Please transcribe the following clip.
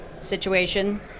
situation